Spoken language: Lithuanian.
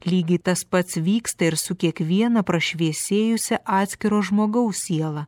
lygiai tas pats vyksta ir su kiekviena prašviesėjusia atskiro žmogaus siela